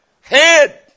head